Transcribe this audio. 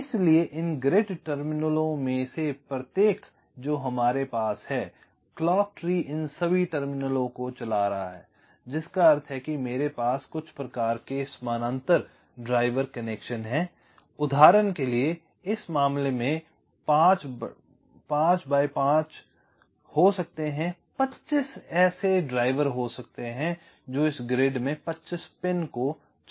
इसलिए इन ग्रिड टर्मिनलों में से प्रत्येक जो हमारे पास है क्लॉक ट्री इन सभी टर्मिनलों को चला रहा है जिसका अर्थ है कि मेरे पास कुछ प्रकार के समानांतर ड्राइवर कनेक्शन हैं उदाहरण के लिए इस मामले में 5 x 5 हो सकते हैं 25 ऐसे ड्राइवर हो सकते हैं जो इस ग्रिड में 25 पिन चलाते हैं